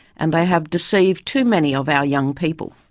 and they have deceived too many of our young people.